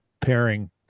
pairing